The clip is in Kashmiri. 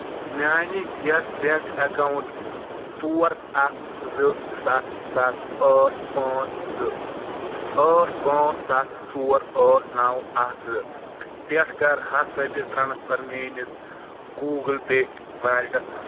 میانہِ یَس بیٚنٛک اکاونٹ ژور اکھ زٕ سَتھ سَتھ ٲٹھ پانٛژھ زٕ ٲٹھ پانٛژھ سَتھ ژور ٲٹھ نو اکھ زٕ پٮ۪ٹھٕ کر ہتھ رۄپیہِ ٹرانسفر میٲنِس گوٗگٕل پے ویلیٹَس مَنٛز